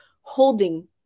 holding